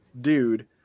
dude